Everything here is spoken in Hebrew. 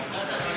חינוך.